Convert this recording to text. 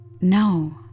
No